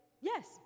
Yes